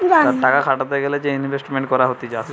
টাকা খাটাতে গ্যালে যে ইনভেস্টমেন্ট করা হতিছে